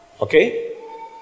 Okay